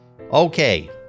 Okay